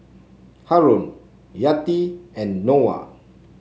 Haron Yati and Noah